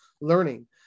learning